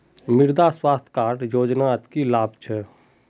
मृदा स्वास्थ्य कार्ड योजनात की लाभ ह छेक